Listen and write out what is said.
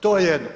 To je jedno.